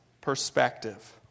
perspective